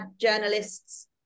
journalists-